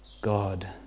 God